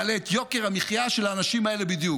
מעלה את יוקר המחיה של האנשים האלה בדיוק.